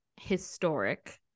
historic